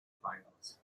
finals